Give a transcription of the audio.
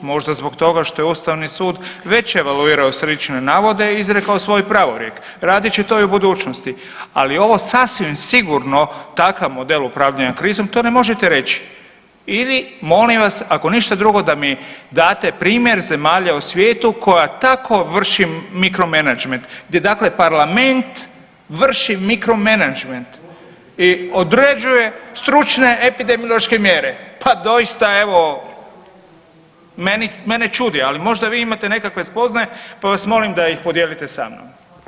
Možda zbog toga što je ustavni sud već evaluirao slične navode i izrekao svoj pravorijek, radit će to i u budućnosti, ali ovo je sasvim sigurno takav model upravljanja krizom to ne možete reći ili molim vas ako ništa drugo da mi date primjer zemalja u svijetu koja tako vrši mikro menadžment gdje dakle parlament vrši mikro menadžment i određuje stručne epidemiološke mjere, pa doista evo mene čudi, ali možda vi imate nekakve spoznaje, pa vas molim da ih podijelite sa mnom.